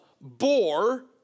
bore